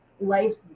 life's